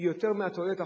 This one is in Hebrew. היא יותר מהתועלת החודשית.